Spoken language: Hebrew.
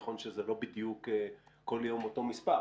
נכון שזה לא בדיוק כל יום אותו מספר,